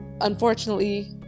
unfortunately